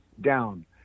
down